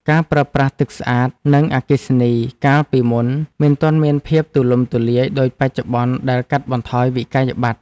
ការប្រើប្រាស់ទឹកស្អាត និងអគ្គិសនីកាលពីមុនមិនទាន់មានភាពទូលំទូលាយដូចបច្ចុប្បន្នដែលកាត់បន្ថយវិក្កយបត្រ។